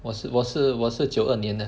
我是我是我是九二年的